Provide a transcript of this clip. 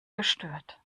gestört